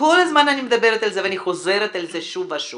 כל הזמן אני מדברת על זה ואני חוזרת על זה שוב ושוב,